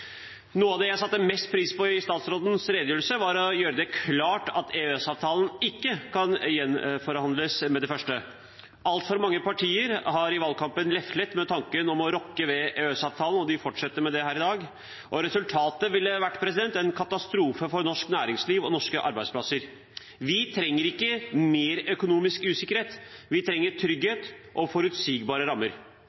Noe av det jeg satte mest pris på i statsrådens redegjørelse, var at hun gjorde det klart at EØS-avtalen ikke kan reforhandles med det første. Altfor mange partier har i valgkampen leflet med tanken om å rokke ved EØS-avtalen, og de fortsetter med det her i dag, og resultatet ville vært en katastrofe for norsk næringsliv og norske arbeidsplasser. Vi trenger ikke mer økonomisk usikkerhet, vi trenger